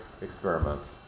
experiments